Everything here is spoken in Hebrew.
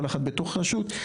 כל אחת בתוך רשות,